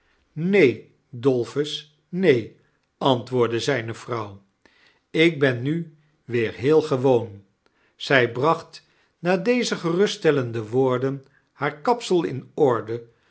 neen dolphus neen antwoordde zijnje vrouw ik ben nu weer heel gewoon zij bracht na deze geruststellende woorden haar kapsel in orde